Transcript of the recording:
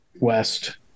West